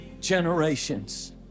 generations